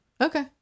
okay